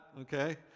Okay